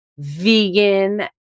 vegan